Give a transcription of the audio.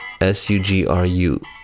S-U-G-R-U